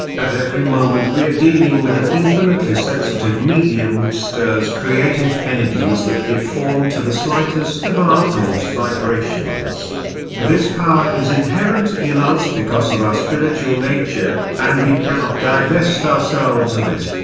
at every moment we are dealing with an infinitely sensitive medium which stirs creative energies that give form to the slightest of our thought-vibrations. this power is inherent in us because of our spiritual nature, and we cannot divest ourselves of it.